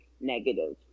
negative